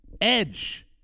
edge